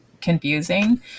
confusing